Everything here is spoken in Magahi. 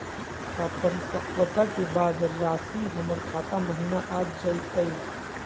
का परिपक्वता के बाद रासी हमर खाता महिना आ जइतई?